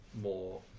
more